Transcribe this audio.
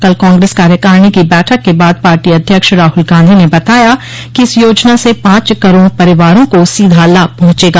कल कांग्रेस कार्यकारिणी की बैठक के बाद पार्टी अध्यक्ष राहुल गांधी ने बताया कि इस योजना से पांच करोड़ परिवारों को सीधा लाभ पहुंचेगा